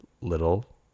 little